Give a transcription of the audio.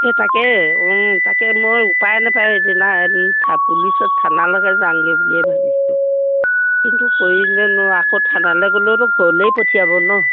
এ তাকে তাকে মই উপায় নোপায় এদিনা পুলিচত থানালেকে যাংগে বুলিয়েই ভাবিছোঁ কিন্তু কৰিলে নো আকৌ থানালে গ'লেওতো ঘৰলেই পঠিয়াব ন